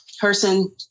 person